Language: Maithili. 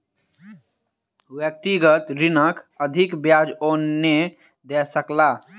व्यक्तिगत ऋणक अधिक ब्याज ओ नै दय सकला